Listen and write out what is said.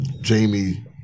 Jamie